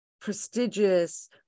prestigious